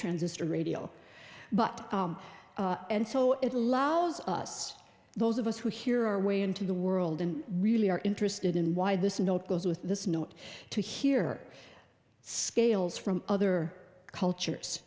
transistor radio but and so it allows us those of us who hear our way into the world and really are interested in why this note goes with this note to hear scales from other cultures